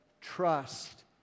trust